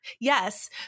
Yes